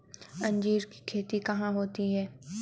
अंजीर की खेती कहाँ होती है?